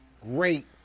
great